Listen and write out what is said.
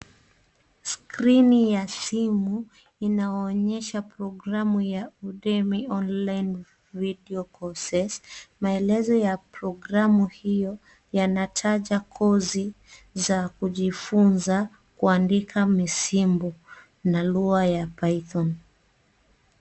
Skrini ya simu inaonyesha programu ya udemy online video courses . Maelezo ya programu hiyo yanataja kozi za kujifunza kuandika misimbu na lugha ya python .